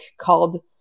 called